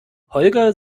holger